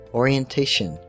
orientation